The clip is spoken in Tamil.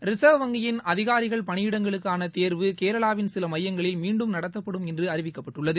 ரிசர்வ் வங்கியின் அதிகாரிகள் பணியிடங்களுக்கான தேர்வு கேரளாவின் சில மையங்களில் மீண்டும் நடத்தப்படும் என்று அறிவிக்கப்பட்டுள்ளது